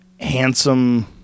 handsome